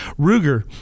ruger